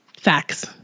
Facts